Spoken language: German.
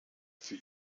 für